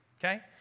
Okay